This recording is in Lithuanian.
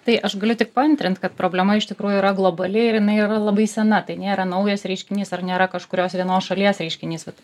tai aš galiu tik paantrint kad problema iš tikrųjų yra globali ir jinai yra labai sena tai nėra naujas reiškinys ar nėra kažkurios vienos šalies reiškinys vat